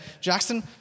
Jackson